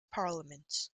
parliaments